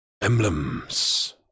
emblems